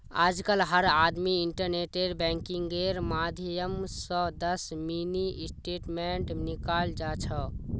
आजकल हर आदमी इन्टरनेट बैंकिंगेर माध्यम स दस मिनी स्टेटमेंट निकाल जा छ